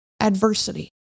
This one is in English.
adversity